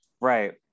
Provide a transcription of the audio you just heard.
Right